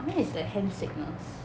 where is the hand signals